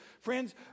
friends